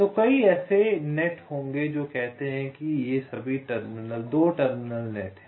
तो कई ऐसे जाल होंगे जो कहते हैं कि ये सभी 2 टर्मिनल नेट हैं